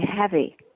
heavy